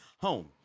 home